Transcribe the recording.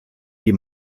die